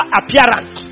appearance